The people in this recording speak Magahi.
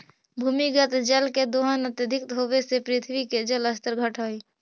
भूमिगत जल के दोहन अत्यधिक होवऽ से पृथ्वी के जल स्तर घटऽ हई